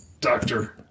doctor